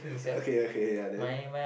ppl okay okay ya then